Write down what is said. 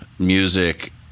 Music